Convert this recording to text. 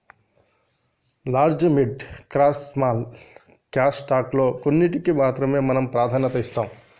large mid cash small cash stock లో కొన్నింటికీ మాత్రమే మనం ప్రాధాన్యత ఇస్తాం